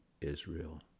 Israel